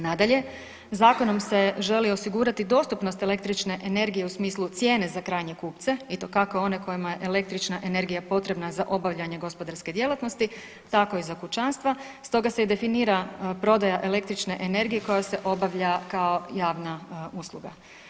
Nadalje, zakonom se želi osigurati dostupnost električne energije u smislu cijene za krajnje kupce i to kako one kojima je električna energija potrebna za obavljanje gospodarske djelatnosti tako i za kućanstva, stoga se i definira prodaja električne energije koja se obavlja kao javna usluga.